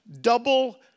double